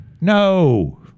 No